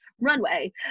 runway